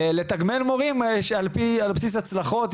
לתגמל מורים על בסיס הצלחות,